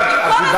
בזה פתחתי,